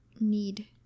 need